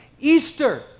Easter